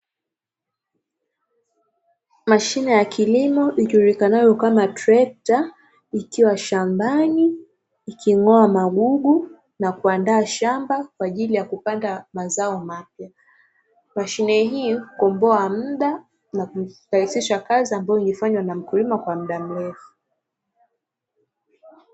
Mashine ya kilimo ijilukanayo kama trekta ikiwa shambani iking'oa magugu na kuandaa shamba kwa ajili ya kupanda mazao mapya, mashine hii hukomboa muda na kurahisisha kazi ambayo ingefanywa na mkulima kwa muda mrefu.